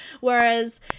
whereas